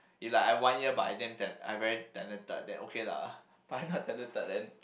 its like I one year but I damn I very talented then okay lah but I not talented then